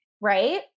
right